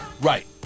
Right